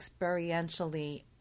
experientially